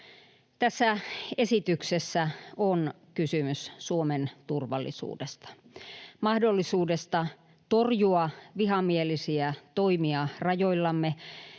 Tässä esityksessä on kysymys Suomen turvallisuudesta, mahdollisuudesta torjua vihamielisiä toimia rajoillamme,